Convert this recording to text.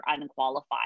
unqualified